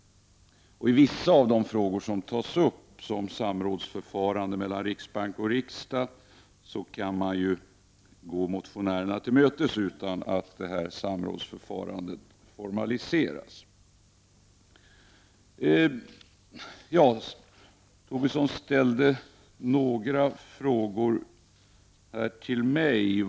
I vissa av de frågor som tas upp, som samrådsförfaranden mellan riksbanken riksdagen, kan man gå motionärerna tillmötes utan att samrådsförfarandet formaliseras. Lars Tobisson ställde några frågor till mig.